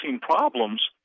problems